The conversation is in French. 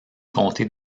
comté